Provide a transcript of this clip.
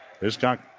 Hiscock